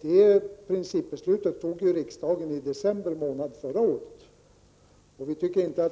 Detta principbeslut fattade ju riksdagen i december förra året.